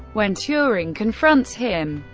when turing confronts him,